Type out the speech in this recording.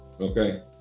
okay